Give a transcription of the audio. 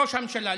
ראש הממשלה.